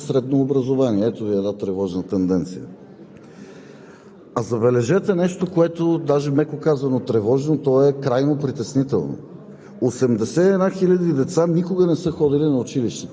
които се обучават и получават своето образование в тези български села. Да, но в този доклад се казва, че по-малко деца в селата завършват средно образование. Ето Ви една тревожна тенденция.